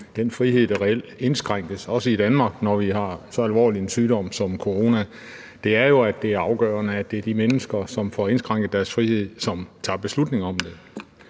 den frihed, der reelt indskrænkes – også i Danmark, når vi har så alvorlig en sygdom som corona – er jo, at det er afgørende, at det er de mennesker, som får indskrænket deres frihed, som tager beslutning om det.